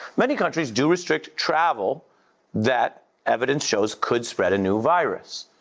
many countries do restrict travel that evidence shows could spread a new virus.